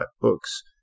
books